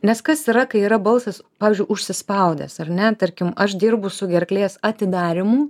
nes kas yra kai yra balsas pavyzdžiui užsispaudęs ar ne tarkim aš dirbu su gerklės atidarymu